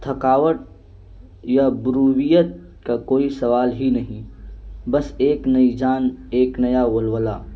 تھکاوٹ یا بروویت کا کوئی سوال ہی نہیں بس ایک نئی جان ایک نیا وول واللا